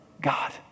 God